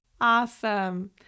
Awesome